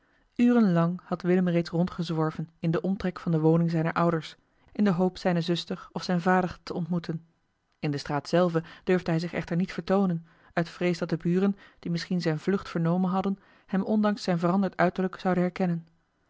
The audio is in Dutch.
lang had willem reeds rondgezworven in den omtrek van de woning zijner ouders in de hoop zijne zuster of zijn vader te ontmoeten in de straat zelve durfde hij zich echter niet vertoonen uit vrees dat de buren die misschien zijne vlucht vernomen hadden hem ondanks zijn veranderd uiterlijk zouden herkennen